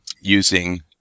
using